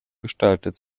gestaltet